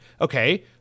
Okay